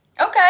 Okay